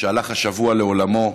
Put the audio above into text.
שהלך השבוע לעולמו,